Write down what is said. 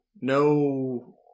no